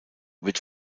wird